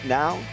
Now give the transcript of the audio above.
now